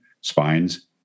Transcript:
spines